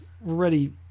ready